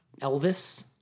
Elvis